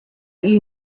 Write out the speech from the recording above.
you